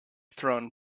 throne